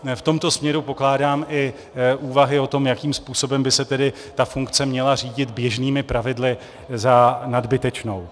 V tomto směru pokládám i úvahy o tom, jakým způsobem by se tedy ta funkce měla řídit běžnými pravidly, za nadbytečnou.